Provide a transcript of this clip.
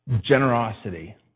generosity